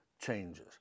changes